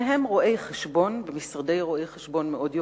שניהם רואי-חשבון במשרדי רואי-חשבון מאוד יוקרתיים,